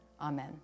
Amen